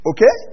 Okay